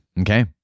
Okay